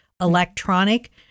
electronic